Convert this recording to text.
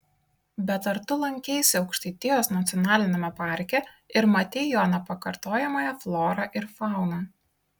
bet ar tu lankeisi aukštaitijos nacionaliniame parke ir matei jo nepakartojamąją florą ir fauną